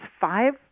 five